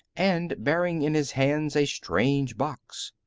and bearing in his hands a strange box.